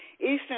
Eastern